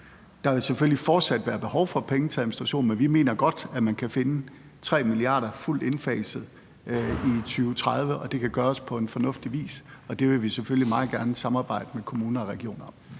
Der vil selvfølgelig fortsat være behov for penge til administration, men vi mener godt, at man kan finde 3 mia. kr. fuldt indfaset i 2030, og at det kan gøres på fornuftig vis. Og det vil vi selvfølgelig meget gerne samarbejde med kommuner og regioner om.